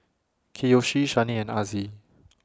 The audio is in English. Kiyoshi Shani and Azzie